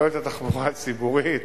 לא את התחבורה הציבורית.